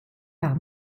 par